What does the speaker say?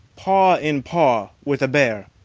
paw-in-paw, with a bear,